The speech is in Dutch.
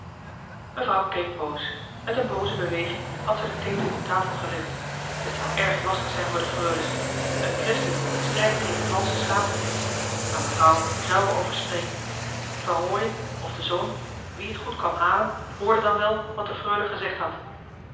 mevrouw keek boos met een booze beweging had johan de meester de zonde in het deftige dorp ze den theedoek op tafel gelegd het zou erg lastig zijn voor de freules een christen strijdt tegen valsche schaamte maar mevrouw zu er over spreken van rooien of de zoon wie het goed kwam halen hoorde dan wel wat de freule gezegd had